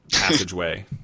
passageway